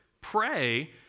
pray